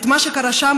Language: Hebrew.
את מה שקרה שם,